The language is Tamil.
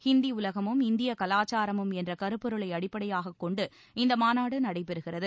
ஹிந்தி உலகமும் இந்திய கலாச்சாரமும் என்ற கருப்பொருளை அடிப்படையாகக் கொண்டு இந்த மாநாடு நடைபெறுகிறது